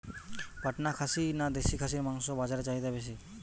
পাটনা খাসি না দেশী খাসির মাংস বাজারে চাহিদা বেশি?